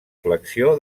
flexió